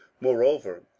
moreover